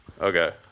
Okay